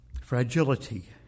Fragility